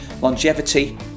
longevity